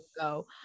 go